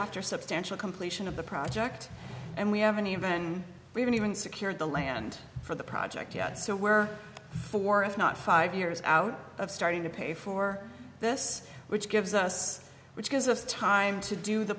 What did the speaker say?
after substantial completion of the project and we haven't even even even secured the land for the project yet so we're for if not five years out of starting to pay for this which gives us which gives us time to do the